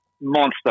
Monster